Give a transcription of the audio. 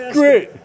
Great